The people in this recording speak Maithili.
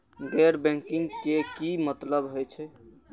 गैर बैंकिंग के की मतलब हे छे?